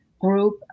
group